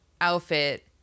outfit